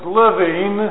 living